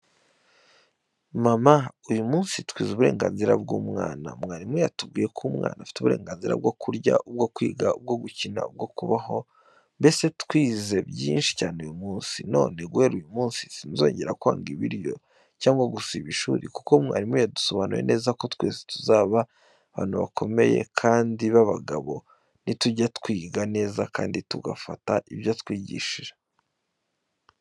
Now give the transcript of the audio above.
Mama! Uyu munsi twize uburenganzira bw’umwana. Mwarimu yatubwiye ko umwana afite uburenganzira bwo kurya, ubwo kwiga, ubwo gukina, ubwo kubaho, mbese twize byinshi cyane uyu munsi. None guhera uyu munsi sinzongera kwanga ibiryo cyangwa gusiba ishuri, kuko mwarimu yadusobanuriye neza ko twese tuzaba abantu bakomeye kandi b’abagabo, nitujya twiga neza kandi tugafata ibyo atwigisha.